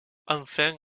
enfin